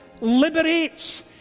liberates